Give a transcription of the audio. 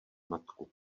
matku